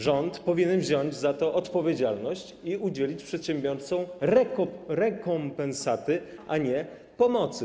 Rząd powinien wziąć za to odpowiedzialność i udzielić przedsiębiorcom rekompensaty, a nie pomocy.